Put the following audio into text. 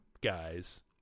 guys